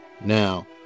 now